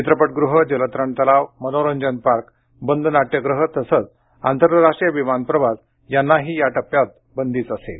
चित्रपटगृहं जलतरण तलाव मनोरंजन पार्क बंद नाट्यगृहं तसंच आंतरराष्ट्रीय विमानप्रवास यांना या टप्प्यातही बंदीच असेल